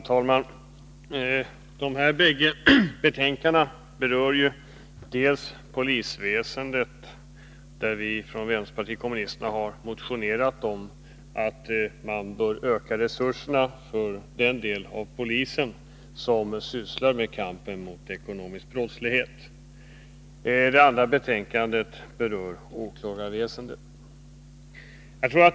Herr talman! De bägge betänkanden som nu behandlas berör dels polisväsendet — där vi från vänsterpartiet kommunisterna har motionerat om att man bör öka resurserna för den del av polisen som sysslar med kampen mot den ekonomiska brottsligheten — dels åklagarväsendet.